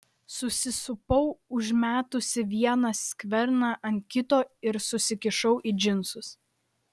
susisupau užmetusi vieną skverną ant kito ir susikišau į džinsus